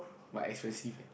but expensive eh